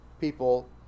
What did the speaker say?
people